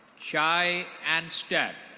chi ann stead.